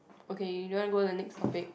okay you don't want go the next topic